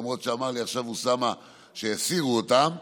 למרות שאמר לי עכשיו אוסאמה שהסירו אותן.